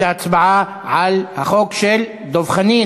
זאת הייתה הצבעה על הצעתה של חברת הכנסת עליזה לביא,